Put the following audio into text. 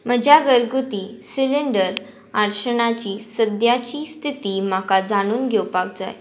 म्हज्या घरगुती सिलींडर अडचणाची सद्याची स्थिती म्हाका जाणून घेवपाक जाय